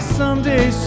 someday